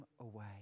away